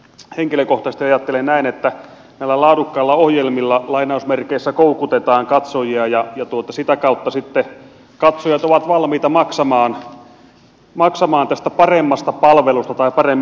henkilökohtaisesti ajattelen näin että näillä laadukkailla ohjelmilla koukutetaan lainausmerkeissä katsojia ja sitä kautta sitten katsojat ovat valmiita maksamaan paremmasta palvelusta tai paremmista ohjelmista